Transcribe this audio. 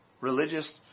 Religious